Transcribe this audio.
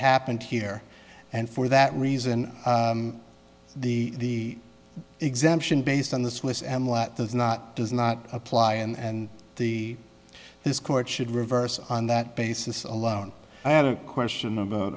happened here and for that reason the exemption based on the swiss and lot does not does not apply and the this court should reverse on that basis alone i had a question about